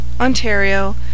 Ontario